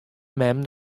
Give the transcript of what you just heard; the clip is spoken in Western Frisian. mem